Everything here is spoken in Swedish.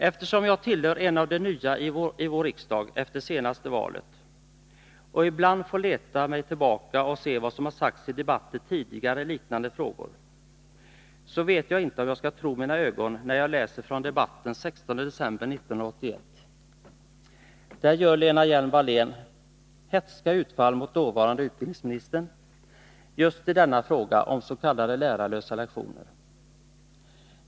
Eftersom jag tillhör de nya i vår riksdag efter det senaste valet och ibland får leta mig tillbaka och se vad som har sagts i debatter tidigare i liknande frågor, så vet jag inte om jag skall tro mina ögon när jag läser från debatten den 16 december 1981. Där gör Lena Hjelm-Wallén hätska utfall mot dåvarande utbildningsministern just i denna fråga om ”lärarlösa lektioner”.